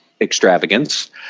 extravagance